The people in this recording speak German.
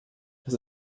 das